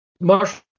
Marshall